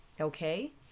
Okay